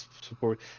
support